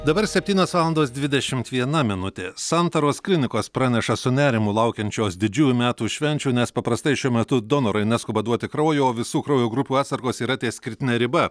dabar septynios valandos dvidešimt viena minutė santaros klinikos praneša su nerimu laukiančios didžiųjų metų švenčių nes paprastai šiuo metu donorai neskuba duoti kraujo o visų kraujo grupių atsargos yra ties kritine riba